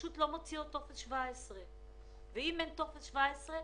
לא מוציאות טופס 17. אם אין טופס 17,